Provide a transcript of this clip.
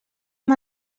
amb